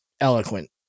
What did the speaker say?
eloquent